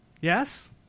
Yes